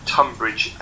Tunbridge